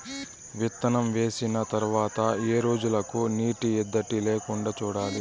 విత్తనం వేసిన తర్వాత ఏ రోజులకు నీటి ఎద్దడి లేకుండా చూడాలి?